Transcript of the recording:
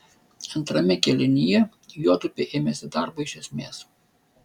antrame kėlinyje juodupė ėmėsi darbo iš esmės